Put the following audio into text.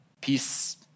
peace